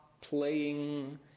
playing